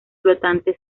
flotante